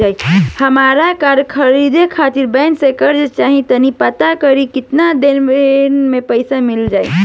हामरा कार खरीदे खातिर बैंक से कर्जा चाही तनी पाता करिहे की केतना दिन में पईसा मिल जाइ